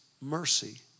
mercy